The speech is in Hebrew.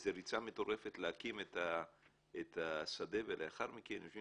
איזו ריצה מטורפת להקים את השדה ולאחר מכן יושבים